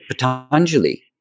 Patanjali